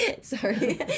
sorry